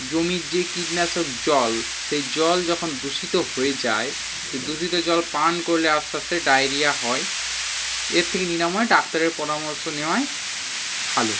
জমির যে কীটনাশক জল সেই জল যখন দূষিত হয়ে যায় সে দূষিত জল পান করলে আস্তে আস্তে ডায়েরিয়া হয় এর থেকে নিরাময় ডাক্তারের পরামর্শ নেওয়াই ভালো